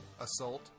assault